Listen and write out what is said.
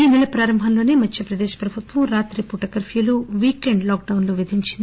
ఈ నెల ప్రారంభంలోనే మధ్యప్రదేశ్ ప్రభుత్వం రాత్రిపూట కర్ప్యూలు వీకెండ్ లాక్ డౌన్ లు విధించింది